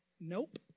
nope